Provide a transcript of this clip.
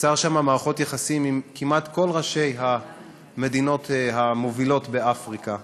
יצר שם מערכות יחסים עם כמעט כל ראשי המדינות המובילות באפריקה,